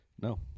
No